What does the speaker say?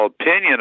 opinion